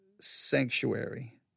Sanctuary